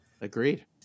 Agreed